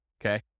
Okay